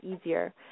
easier